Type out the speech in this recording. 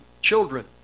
children